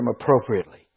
appropriately